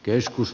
keskus